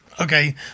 Okay